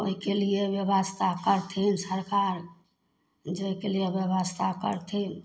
ओ केलिए व्यवस्था करथिन सरकार दै केलिए ब्यवस्था करथिन